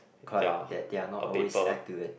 correct that they are not always act to it